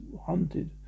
hunted